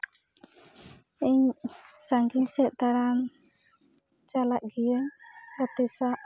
ᱤᱧ ᱥᱟᱺᱜᱤᱧ ᱥᱮᱫ ᱫᱟᱬᱟᱱ ᱪᱟᱞᱟᱜ ᱜᱤᱭᱟᱹᱧ ᱜᱟᱛᱮ ᱥᱟᱶ